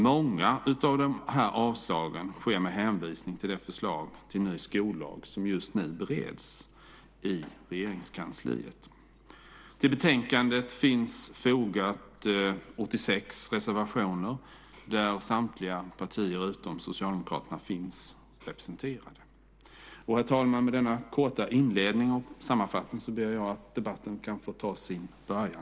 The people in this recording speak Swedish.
Många av avslagen sker med hänvisning till det förslag till ny skollag som just nu bereds i Regeringskansliet. Till betänkandet finns 86 reservationer fogade. Samtliga partier utom Socialdemokraterna finns representerade där. Herr talman! Med denna korta inledning och sammanfattning ber jag att debatten kan få ta sin början.